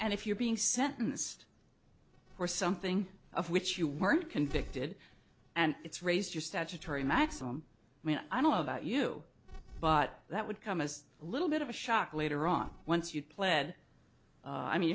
and if you're being sentenced or something of which you weren't convicted and it's raised your statutory maximum i don't know about you but that would come as a little bit of a shock later on once you pled i mean